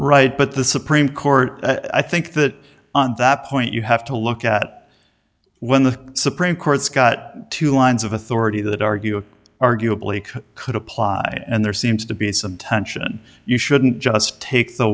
right but the supreme court i think that on that point you have to look at when the supreme court's got two lines of authority that argue arguably could apply and there seems to be some tension you shouldn't just take the